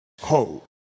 Ho